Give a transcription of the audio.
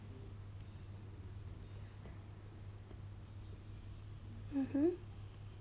mmhmm